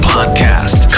Podcast